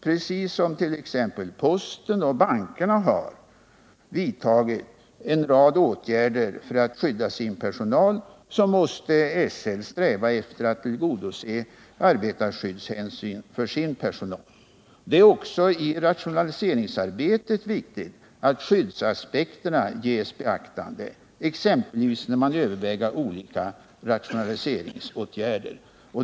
Precis som exempelvis postverket och bankerna har vidtagit en rad åtgärder för att skydda sin personal måste också SL sträva efter att tillgodose arbetarskyddskraven när det gäller dess personal. Också i rationaliseringsarbetet, exempelvis när man överväger olika rationaliseringsåtgärder, är det viktigt att beakta skyddsaspekterna.